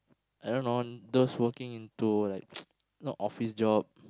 I don't know those working into like not office job